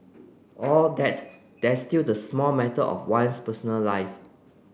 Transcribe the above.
all that there's still the small matter of one's personal life